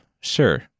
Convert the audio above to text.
sure